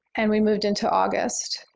and we moved into august.